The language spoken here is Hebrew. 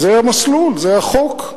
זה המסלול, זה החוק.